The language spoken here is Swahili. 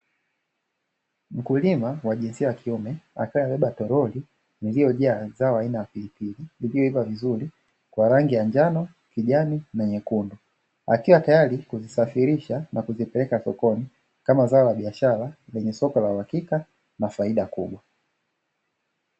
Mkulima wa jinsia ya kiume akiwa amebeba toroli, lililojaa mazao aina ya pilipili zilizoiva vizuri kwa rangi ya njano, kijani na nyekundu, akiwa tayari kuzisafirisha na kuzipeleka sokoni kama zao la biashara kwenye soko la uhakika na faida kubwa.